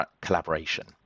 collaboration